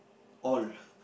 all